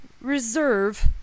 Reserve